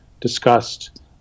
discussed